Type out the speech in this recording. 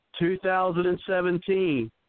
2017